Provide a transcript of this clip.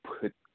put